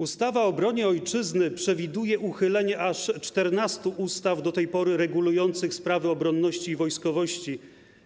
Ustawa o obronie Ojczyzny przewiduje uchylenie aż 14 ustaw do tej pory regulujących sprawy obronności i wojskowości,